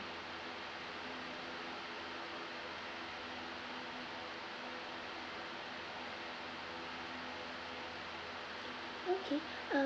okay um